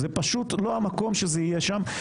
זה פשוט לא המקום שזה יהיה שם.